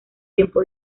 tiempo